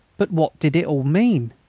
but what did it all mean?